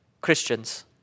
Christians